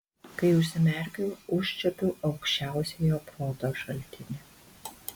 kai užsimerkiu užčiuopiu aukščiausiojo proto šaltinį